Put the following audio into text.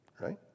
right